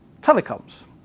telecoms